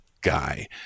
guy